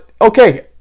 Okay